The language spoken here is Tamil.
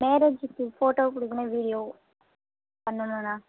மேரேஜிக்கு ஃபோட்டோ பிடிக்கணும் வீடியோ பண்ணணுண்ணா